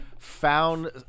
found